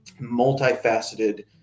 multifaceted